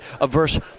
averse